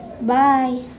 bye